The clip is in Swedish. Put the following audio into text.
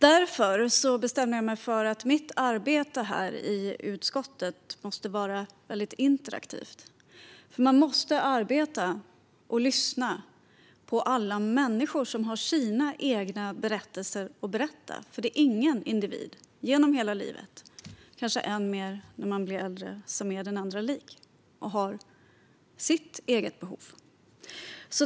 Därför bestämde jag mig för att mitt arbete här i utskottet måste vara väldigt interaktivt. Man måste nämligen arbeta tillsammans med och lyssna på alla människor som har sina egna berättelser att berätta. Ingen individ med sina egna behov är ju den andra lik genom hela livet.